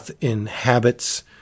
inhabits